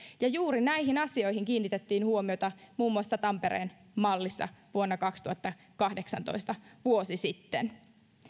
juuri näihin asioihin kiinnitettiin huomiota muun muassa tampereen mallissa vuonna kaksituhattakahdeksantoista vuosi sitten